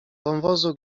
wąwozu